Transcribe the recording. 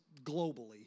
globally